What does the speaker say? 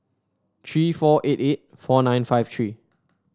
three four eight eight four nine five three